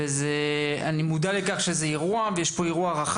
אני מודע לכך שזה אירוע רחב,